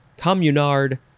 communard